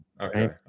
Okay